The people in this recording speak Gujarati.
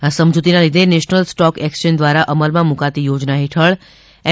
આ સમજુતીના લીધે નેશનલ સ્ટોક એક્સચેંજ દ્વારા અમલમાં મુકાતી યોજના હેઠળ એમ